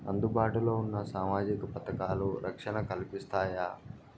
అందుబాటు లో ఉన్న సామాజిక పథకాలు, రక్షణ కల్పిస్తాయా?